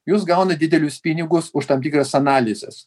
jūs gaunat didelius pinigus už tam tikras analizes